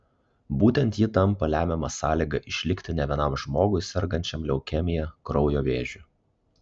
būtent ji tampa lemiama sąlyga išlikti ne vienam žmogui sergančiam leukemija kraujo vėžiu